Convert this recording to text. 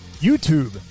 youtube